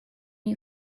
you